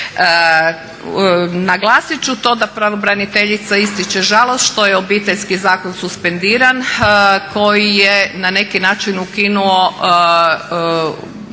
Naglasit ću to da pravobraniteljica ističe žalost što je Obiteljski zakon suspendiran koji je na neki način ukinuo